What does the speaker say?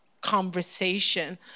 conversation